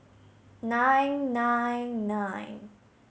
nine nine nine